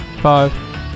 Five